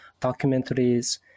documentaries